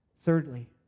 Thirdly